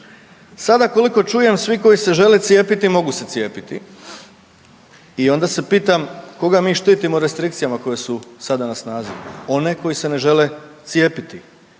Sada koliko čujem svi koji se žele cijepiti mogu se cijepiti i onda se pitam koga mi štitimo restrikcijama koje su sada na snazi? One koji se ne žele cijepiti.